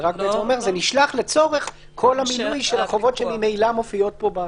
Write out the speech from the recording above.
זה אומר: זה נשלח לצורך כל המילוי של החובות שממילא מופיעות פה.